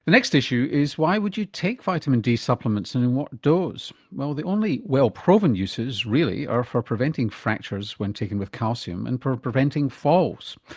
next issue is why would you take vitamin d supplements and in what dose? well the only well proven uses really are for preventing fractures when taken with calcium and for preventing falls.